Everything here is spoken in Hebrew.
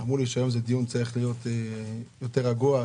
אמרו לי שהיום זה צריך להיות דיון יותר רגוע.